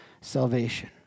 salvation